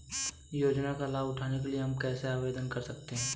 योजनाओं का लाभ उठाने के लिए हम कैसे आवेदन कर सकते हैं?